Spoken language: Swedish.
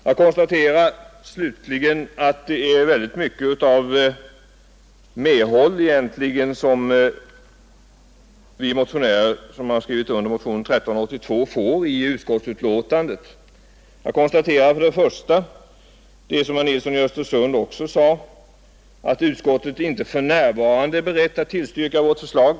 Jag konstaterar slutligen att vi som skrivit under motionen 1382 får ganska mycket medhåll i utskottsbetänkandet. Som herr Nilsson i Östersund också påpekade är utskottet inte för närvarande berett att tillstyrka vårt förslag.